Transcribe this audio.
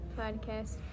podcast